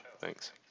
Thanks